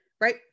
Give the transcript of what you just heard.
right